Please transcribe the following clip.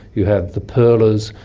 you have the pearlers,